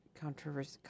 Controversy